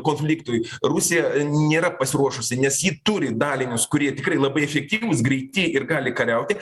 konfliktui rusija nėra pasiruošusi nes ji turi dalinius kurie tikrai labai efektyvūs greiti ir gali kariauti